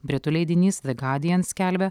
britų leidinys the guardian skelbia